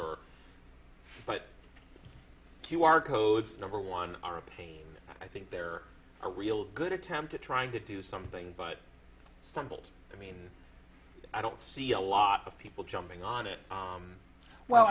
or but q r codes number one are a pain i think they're a real good attempt at trying to do something but stumble i mean i don't see a lot of people jumping on it well